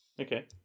Okay